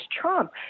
Trump